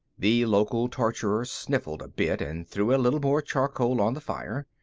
the local torturer sniffled a bit and threw a little more charcoal on the fire.